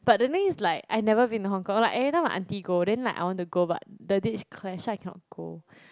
but the thing is like I never been to Hong-Kong like every time my aunty go then like I want to go but the dates clash so I cannot go